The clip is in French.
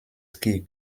skis